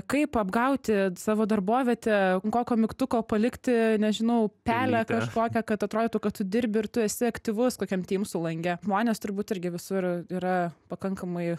kaip apgauti savo darbovietę kokio mygtuko palikti nežinau pelę kažkokią kad atrodytų kad tu dirbi ir tu esi aktyvus kokiam tymsų lange žmonės turbūt irgi visur yra pakankamai